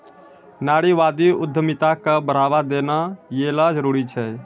नारीवादी उद्यमिता क बढ़ावा देना यै ल जरूरी छै